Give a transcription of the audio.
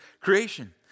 creation